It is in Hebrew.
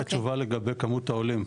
רק תשובה לגבי כמות העולים,